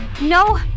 No